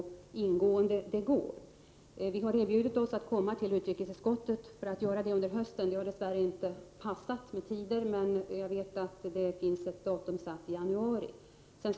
Vi har från regeringen under hösten erbjudit oss att komma till utrikesutskottet för att lämna en redogörelse. Tidpunkten har dess värre inte passat, men jag vet att det finns utsatt ett datum i januari för detta.